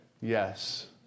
Yes